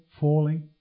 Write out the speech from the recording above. falling